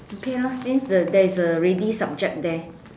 okay lah since the there is the ready subject there